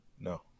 no